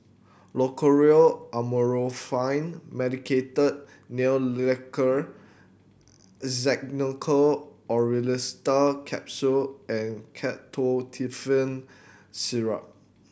Loceryl Amorolfine Medicated Nail Lacquer Xenical Orlistat Capsule and Ketotifen Syrup